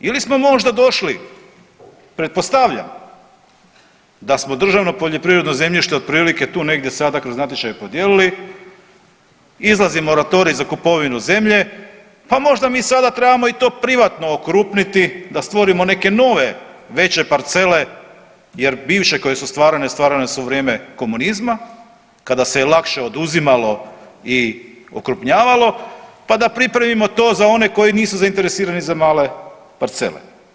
Ili smo možda došli, pretpostavljam, da smo državno poljoprivredno zemljište otprilike tu negdje sada kroz natječaj podijelili, izlazi moratorij za kupovinu zemlje, pa možda mi sada trebamo i to privatno okrupniti da stvorimo neke nove veće parcele jer bivše koje su stvarane, stvarane su u vrijeme komunizma kada se je lakše oduzimalo i okrupnjavalo, pa da pripremi to za one koji nisu zainteresirani za male parcele.